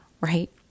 right